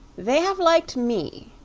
they have liked me,